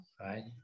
right